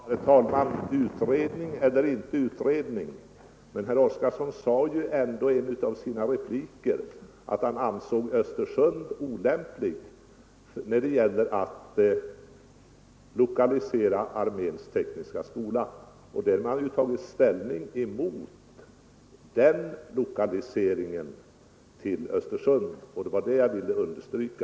Herr talman! Utredning eller inte — herr Oskarson sade ändå i en av sina repliker att han ansåg Östersund vara en olämplig ort för lokalisering av arméns tekniska skola. Man är också inom denna skola negativt inställd mot lokaliseringen till Östersund, och det var detta jag ville understryka.